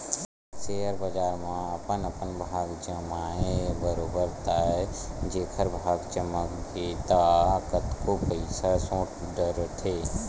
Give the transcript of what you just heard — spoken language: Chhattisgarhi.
सेयर बजार म अपन अपन भाग अजमाय बरोबर ताय जेखर भाग चमक गे ता कतको पइसा सोट डरथे